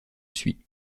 suit